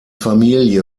familie